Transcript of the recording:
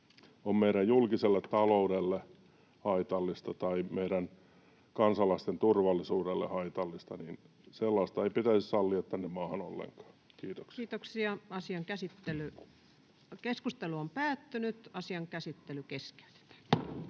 on meidän julkiselle taloudelle haitallista tai meidän kansalaisten turvallisuudelle haitallista, ei pitäisi sallia tänne maahan ollenkaan. — Kiitoksia. Toiseen käsittelyyn esitellään